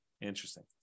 interesting